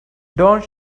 don’t